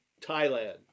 Thailand